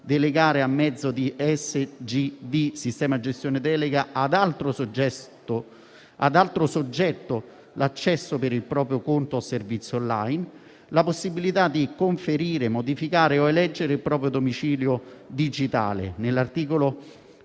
delegare, a mezzo DSG (sistema di gestione deleghe) ad altro soggetto, l'accesso per il proprio conto o servizio *on line* e di conferire, modificare o eleggere il proprio domicilio digitale. Nell'articolo